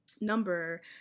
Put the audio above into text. number